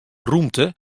rûmte